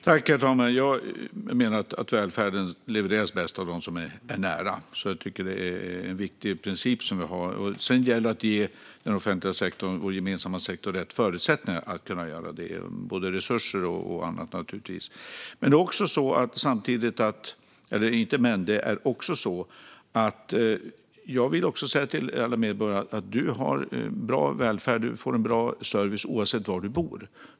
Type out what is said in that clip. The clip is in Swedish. Herr talman! Jag menar att välfärden levereras bäst av dem som är nära. Jag tycker att det är en viktig princip som vi har. Sedan gäller det att ge den offentliga sektorn, vår gemensamma sektor, rätt förutsättningar att göra det med både resurser och annat. Jag vill också säga till alla medborgare att du har bra välfärd och får bra service oavsett var du bor.